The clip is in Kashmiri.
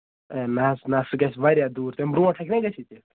ہے نہ حظ نہ سُہ گژھِ واریاہ دوٗر تَمہِ برونٹھ ہٮ۪کہِ نہ گٔژھِتھ یہِ